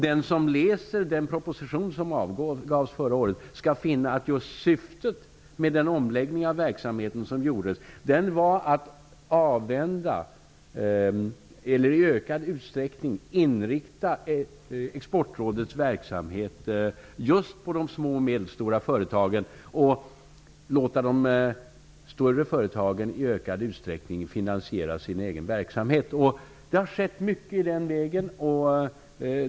Den som läser den proposition som avgavs förra året skall finna att syftet med den omläggning av verksamheten som gjordes var att i ökad utsträckning inrikta Exportrådets verksamhet just på de små och medelstora företagen och låta de större företagen i ökad utsträckning finansiera sin egen verksamhet. Det har skett mycket i den vägen.